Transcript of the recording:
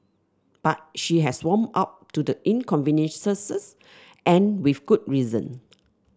but she has warmed up to the inconveniences and with good reason